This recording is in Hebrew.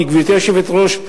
וגברתי היושבת-ראש,